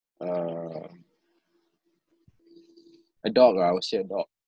uh a dog lah I would say a dog